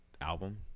album